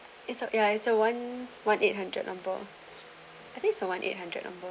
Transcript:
it's ya it's a one one eight hundred number I think is a one eight hundred number